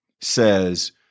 says